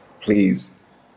please